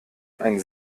ein